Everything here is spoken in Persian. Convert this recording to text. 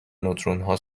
نوترونها